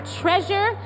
treasure